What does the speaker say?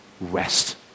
rest